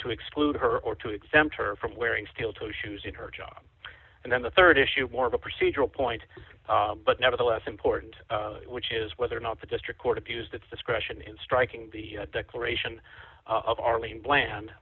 to exclude her or to exempt her from wearing steel toed shoes in her job and then the rd issue more of a procedural point but nevertheless important which is whether or not the district court abused its discretion in striking the declaration of arlene bland